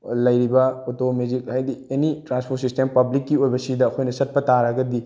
ꯂꯩꯔꯤꯕ auto magic ꯍꯥꯏꯗꯤ any transport system ꯄꯕ꯭ꯂꯤꯛꯀꯤ ꯑꯣꯏꯕ ꯁꯤꯗ ꯑꯩꯈꯣꯏꯅ ꯆꯠꯄ ꯇꯥꯔꯒꯗꯤ